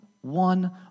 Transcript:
one